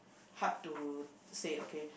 hard to say okay